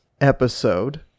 episode